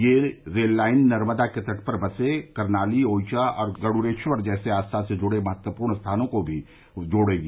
ये rail line Narmada के तट पर बसे कर्नाली ओइचा और गरूडेश्वर जैसे आस्था से जुड़े महत्वपूर्ण स्थानों को भी जोड़ेगी